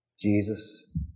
Jesus